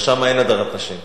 לא, שם אין הדרת נשים.